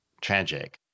tragic